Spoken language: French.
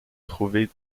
trouver